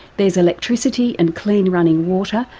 there's electricity and clean running water,